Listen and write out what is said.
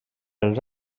els